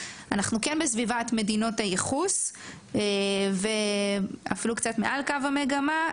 אנחנו בסביבת מדינות הייחוס ואפילו קצת מעל קו המגמה,